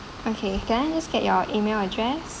okay can I just get your email address